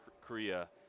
Korea